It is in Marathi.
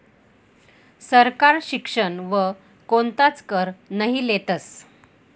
सरकार शिक्षण वर कोणताच कर नही लेतस